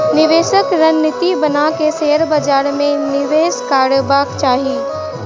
निवेशक रणनीति बना के शेयर बाजार में निवेश करबाक चाही